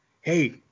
hey